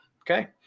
Okay